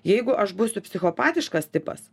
jeigu aš būsiu psichopatiškas tipas